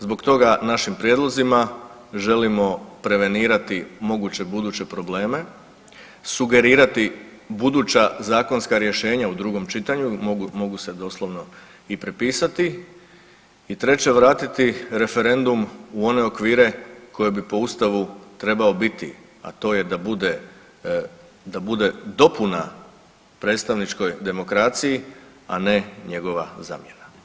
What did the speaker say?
Zbog toga našim prijedlozima želimo preventirati moguće buduće probleme, sugerirati buduća zakonska rješenja u drugom čitanju, mogu se doslovno i prepisati i treće, vratiti referendum u one okvire koje bi po Ustavu trebao biti, a to je da bude dopuna predstavničkoj demokraciji, a ne njegova zamjena.